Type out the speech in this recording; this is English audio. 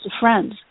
friends